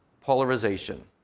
polarization